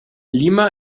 lima